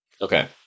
okay